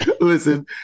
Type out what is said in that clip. Listen